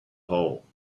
hole